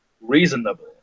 reasonable